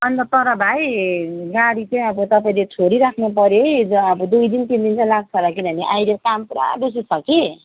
अन्त तर भाइ गाडी चाहिँ अब तपाईँले छोडी राख्नुपर्यो है दुई दिन तिन दिन चाहिँ लाग्छ होला किनभने अहिले काम पुरा बेसी छ कि